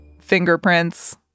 Fingerprints